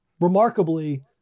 remarkably